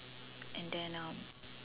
and then um